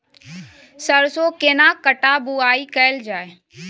सरसो केना कट्ठा बुआई कैल जाय?